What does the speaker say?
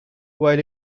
while